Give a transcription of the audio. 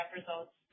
results